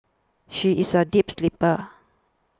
she is a deep sleeper